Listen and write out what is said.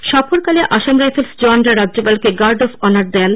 এই সফরকালে আসাম রাইফেলসের জওয়ানরা রাজ্যপালকে গার্ড অব অনার দেন